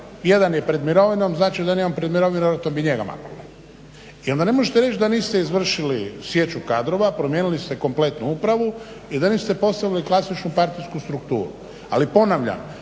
1 je pred mirovinom, znači da nije on pred mirovinom, vjerojatno bi njega maknuli i onda ne možete reć da niste izvršili sječu kadrova, promijenili ste kompletnu upravu i da niste postavili klasičnu partijsku strukturu. Ali ponavljam